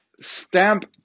stamp